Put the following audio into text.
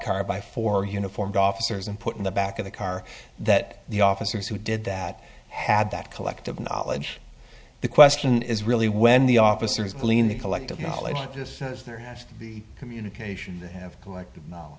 car by four uniformed officers and put in the back of the car that the officers who did that had that collective knowledge the question is really when the officers glean the collective knowledge just as there has to be communication to have collect